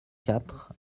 quatre